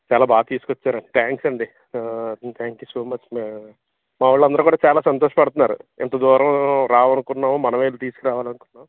చాలా బాగా తీసుకొచ్చారండి థ్యాంక్స్ అండి థ్యాంక్యూ సో మచ్ మా వాళ్ళందరూ కూడా చాలా సంతోషపడుతున్నారు ఇంత దూరం రావాలనుకున్నాం మనం వెళ్ళి తీసుకురావాలనుకున్నాం